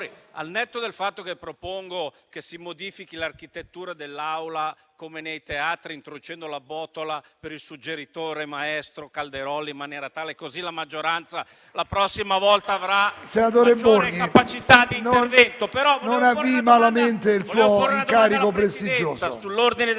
Senatore Borghi, non avvii malamente il suo incarico prestigioso.